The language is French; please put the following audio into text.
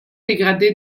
dégradée